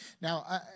now